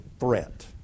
threat